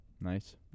Nice